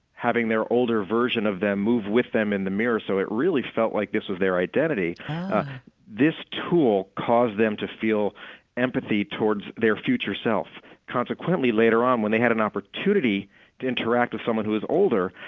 having the older version of them move with them in the mirror so it really felt like this was their identity this tool caused them to feel empathy toward their future self consequently, later on when they had an opportunity to interact with someone who was older,